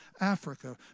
Africa